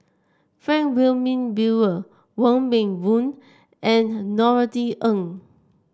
Frank Wilmin Brewer Wong Meng Voon and Norothy Ng